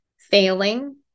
failing